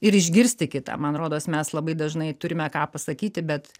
ir išgirsti kitą man rodos mes labai dažnai turime ką pasakyti bet